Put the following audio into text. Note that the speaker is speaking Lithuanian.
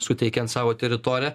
suteikiant savo teritoriją